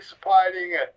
participating